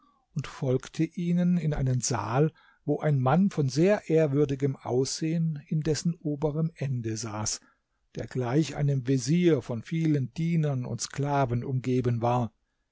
und folgte ihnen in einen saal wo ein mann von sehr ehrwürdigem aussehen in dessen oberem ende saß der gleich einem vezier von vielen dienern und sklaven umgeben war